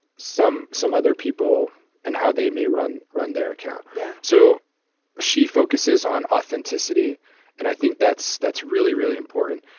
some some other people and how they may run run their account. yeah so she focuses on authenticity and i think that's that's really really important.